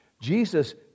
Jesus